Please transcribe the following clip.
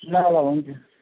ल ल हुन्छ